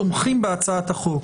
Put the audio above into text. שהם תומכים בהצעת החוק